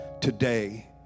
today